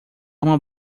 uma